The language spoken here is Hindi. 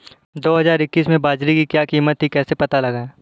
दो हज़ार इक्कीस में बाजरे की क्या कीमत थी कैसे पता लगाएँ?